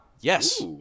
Yes